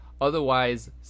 Otherwise